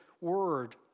word